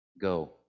Go